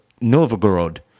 Novgorod